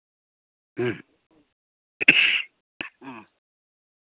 ᱦᱮᱸ